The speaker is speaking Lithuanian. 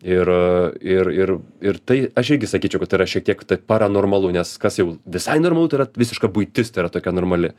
ir ir ir ir tai aš irgi sakyčiau kad tai yra šiek tiek tai paranormalu nes kas jau visai normalu tai yra visiška buitis tai yra tokia normali